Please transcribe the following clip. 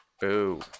Boo